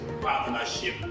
partnership